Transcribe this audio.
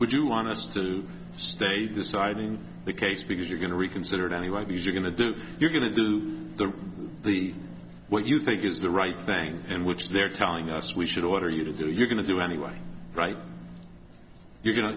would you want us to stay deciding the case because you're going to reconsider it anyway because you're going to do you're going to do the the what you think is the right thing and which they're telling us we should order you to do it you're going to do anyway right you're go